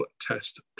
test